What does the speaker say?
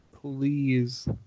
Please